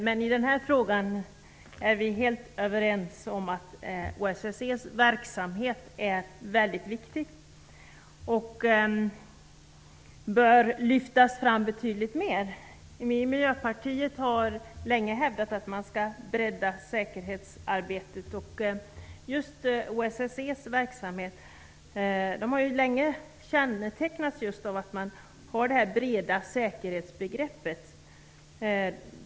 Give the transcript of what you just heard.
Men i den här frågan är vi helt överens - OSSE:s verksamhet är mycket viktig och bör lyftas fram ännu mer. Vi i Miljöpartiet har länge hävdat att man skall bredda säkerhetsarbetet. OSSE:s verksamhet har länge kännetecknats just av att man har ett brett säkerhetsbegrepp.